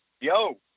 yo